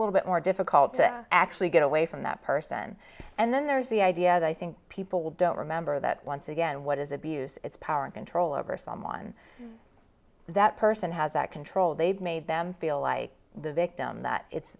little bit more difficult to actually get away from that person and then there's the idea that i think people don't remember that once again what is abuse it's power and control over someone that person has that control they've made them feel like the victim that it's